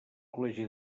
col·legi